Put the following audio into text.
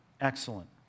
excellent